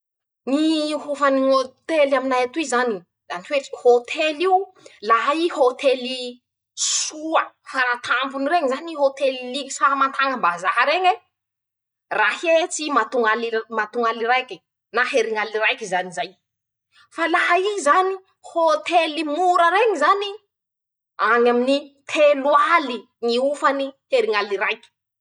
<....>Ñy hofany ñ'ôtely aminay atoy zany, zany hoe hôtely io, laha ii soa faratampony reñy zany hôtely likisa mbazaha reñye, raihetsy matoñal matoñ'aly raike na heriñ'aly raike zany zay, fa laha ii zany hôtely mora reñy zany, añy aminy telo aly ñy hofany heriñ'aly raiky.